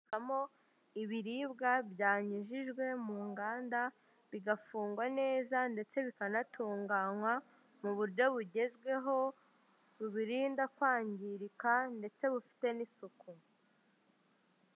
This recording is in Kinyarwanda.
Usangamo ibiribwa byanyujijwe mu nganda bigafungwa neza ndetse bikanatunganywa mu buryo bugezweho bubirinda kwangirika ndetse bufite n'isuku.